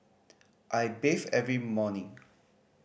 I bathe every morning